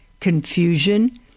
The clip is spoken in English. confusion